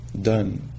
done